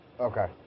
Okay